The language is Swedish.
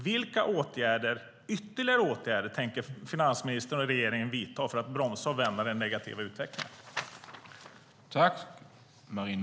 Vilka ytterligare åtgärder tänker finansministern och regeringen vidta för att bromsa och vända den negativa utvecklingen?